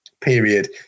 period